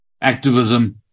activism